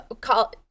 call